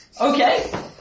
Okay